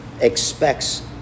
expects